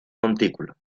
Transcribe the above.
montículo